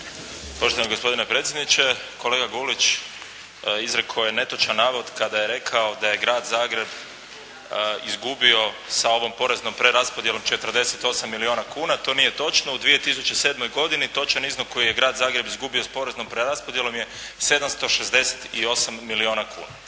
Poštovani gospodine predsjedniče, kolega Gulić izrekao je netočan navod kada je rekao da je Grad Zagreb izgubio sa ovom poreznom preraspodjelom 48 milijuna kuna. To nije točno. U 2007. godini točan iznos koji je Grad Zagreb izgubio s poreznom preraspodjelom je 768 milijuna kuna.